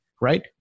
right